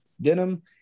Denim